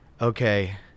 okay